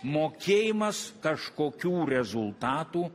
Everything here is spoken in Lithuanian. mokėjimas kažkokių rezultatų